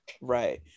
right